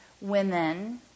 women